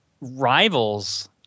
rivals